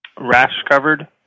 rash-covered